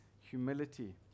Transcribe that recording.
humility